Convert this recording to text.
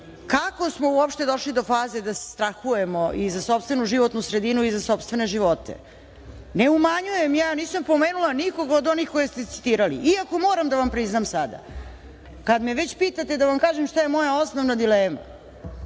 kako smo uopšte došli do faze da strahujemo i za sopstvenu životnu sredinu i za sopstvene živote. Ne umanjujem ja, nisam pomenula nikog od onih koje ste citirali, iako moram da vam priznam sada, kad me već pitate da vam kažem šta je moja osnovna dilema.